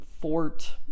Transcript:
fort